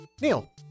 Neil